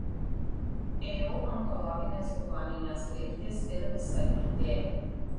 ėjau onkologinės ligoninės laiptais ir visa tirtėjau